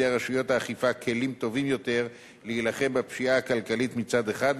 רשויות האכיפה כלים טובים יותר להילחם בפשיעה הכלכלית מצד אחד,